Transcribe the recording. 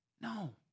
No